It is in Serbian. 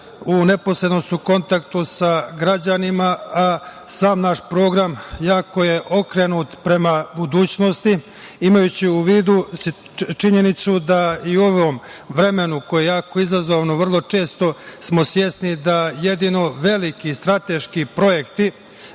u neposrednom su kontaktu sa građanima, a sam naš program jako je okrenut prema budućnosti. Imajući u vidu činjenicu da i u ovom vremenu koje je jako izazovno, vrlo često smo svesni da jednino veliki strateški projekti